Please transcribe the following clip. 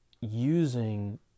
using